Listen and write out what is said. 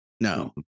no